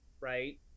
Right